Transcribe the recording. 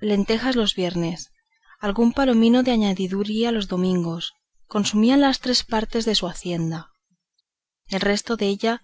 lantejas los viernes algún palomino de añadidura los domingos consumían las tres partes de su hacienda el resto della